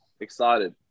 Excited